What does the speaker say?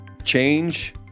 Change